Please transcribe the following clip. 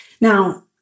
Now